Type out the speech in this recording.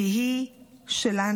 כי היא שלנו,